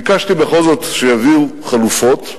ביקשתי בכל זאת שיביאו חלופות להקלה,